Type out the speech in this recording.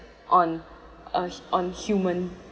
on us on human